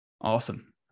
awesome